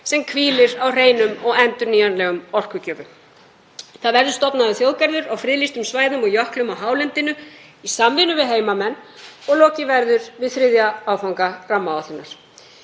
sem hvílir á hreinum og endurnýjanlegum orkugjöfum. Þá verður stofnaður þjóðgarður á friðlýstum svæðum og jöklum á hálendinu í samvinnu við heimamenn og lokið verður við þriðja áfanga rammaáætlunar.